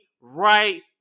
right